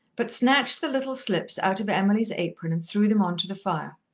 but snatched the little slips out of emily's apron and threw them on to the fire.